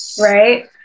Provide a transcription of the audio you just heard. right